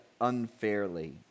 unfairly